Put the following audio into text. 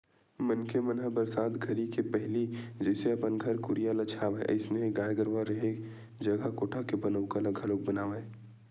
मनखे मन ह बरसात घरी के पहिली जइसे अपन घर कुरिया ल छावय अइसने ही गाय गरूवा के रेहे जघा कोठा के बनउका ल घलोक बनावय